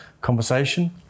conversation